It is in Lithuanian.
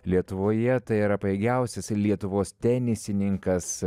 lietuvoje tai yra pajėgiausias lietuvos tenisininkas